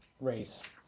race